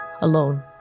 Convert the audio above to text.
alone